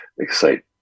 excite